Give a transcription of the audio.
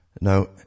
Now